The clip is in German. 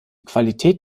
qualität